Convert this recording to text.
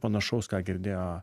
panašaus ką girdėjo